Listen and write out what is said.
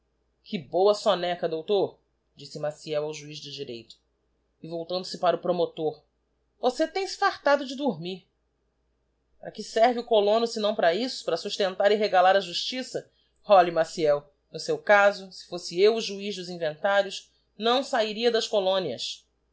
boa somneca doutor disse maciel ao juiz de direito e voltando-se para o promotor você tem-se fartado de dormir para que serve o colono sinão para isso para sustentar e regalar a justiça olhe maciel no seu caso si fosse eu o juiz dos inventários não sahiria das colónias